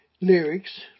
lyrics